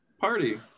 party